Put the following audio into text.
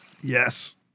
Yes